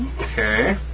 Okay